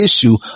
issue